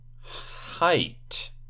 Height